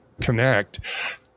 connect